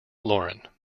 lauren